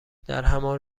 درهمان